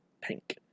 Pink